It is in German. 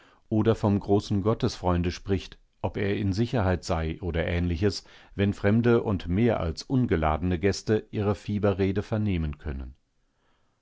oder vom großen gottesfreunde spricht ob er in sicherheit sei oder ähnliches wenn fremde und mehr als ungeladene gäste ihre fieberrede vernehmen können